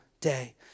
day